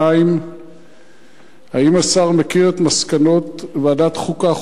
2. האם השר מכיר את מסקנות ועדת חוקה,